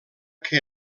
que